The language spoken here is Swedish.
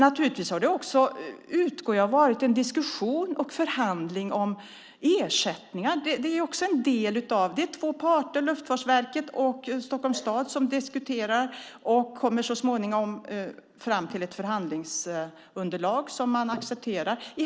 Jag utgår från att det har varit en diskussion och en förhandling om ersättningar. Det är också en del. Det är två parter, Luftfartsverket och Stockholms stad, som diskuterar och så småningom kommer fram till ett förhandlingsunderlag som man accepterar.